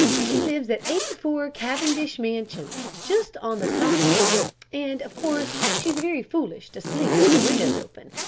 she lives at eighty four, cavendish mansions, just on the top floor, and, of course, she's very foolish to sleep with her windows open,